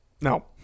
No